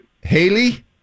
Haley